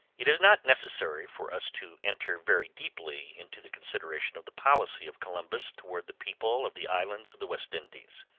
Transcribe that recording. it is not necessary for us to enter very deeply into the consideration of the policy of columbus toward the people of the islands of the west indies.